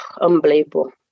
unbelievable